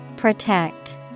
Protect